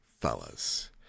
fellas